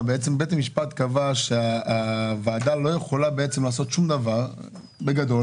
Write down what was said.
בית המשפט קבע שהוועדה לא יכולה לעשות שום דבר בגדול,